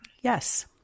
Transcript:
Yes